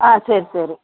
ஆ சரி சரி